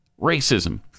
racism